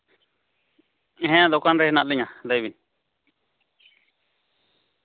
ᱦᱮᱸ ᱫᱚᱠᱟᱱ ᱨᱮ ᱦᱮᱱᱟᱜ ᱞᱤᱧᱟᱹ ᱞᱟᱹᱭ ᱵᱤᱱ